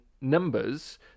numbers